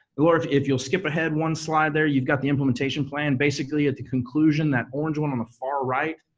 lara, if if you'll skip ahead one slide there, you've got the implementation plan. basically at the conclusion, that orange one on the far right,